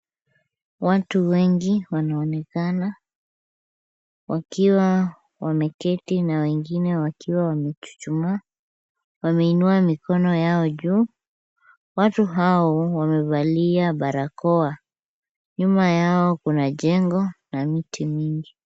Watu wengi wanaonekana wakiwa wameketi na wengine wakiwa wamechuchuma. Wameinua mikono yao juu. Watu hao wamevalia barakoa. Nyuma yao kuna jengo na miti mingi.